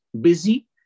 busy